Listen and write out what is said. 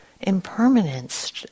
impermanence